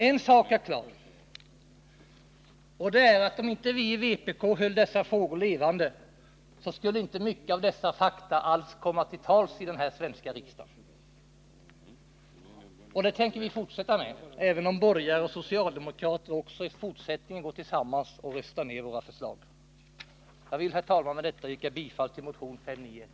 En sak är klar, och det är att om inte vi i vpk höll dessa frågor levande, så skulle inte mycket av dessa fakta alls komma upp till diskussion i den svenska riksdagen. Vi tänker också fortsätta med att ta upp dessa frågor, även om borgare och socialdemokrater också i fortsättningen går tillsammans och röstar ner våra förslag. Jag vill med detta, herr talman, yrka bifall till motionen 591.